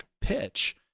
pitch